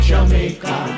Jamaica